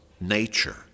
nature